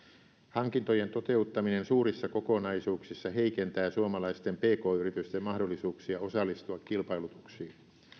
hankintojen toteuttaminen suurissa kokonaisuuksissa heikentää suomalaisten pk yritysten mahdollisuuksia osallistua kilpailutuksiin